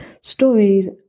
stories